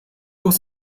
was